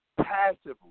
passively